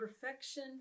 perfection